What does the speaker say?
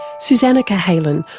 susannah cahalan,